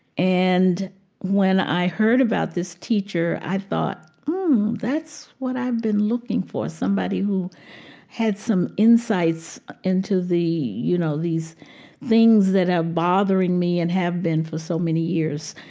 and when i heard about this teacher i thought, hmm, that's what i've been looking for, somebody who had some insights into the, you know, these things that are bothering me and have been for so many years.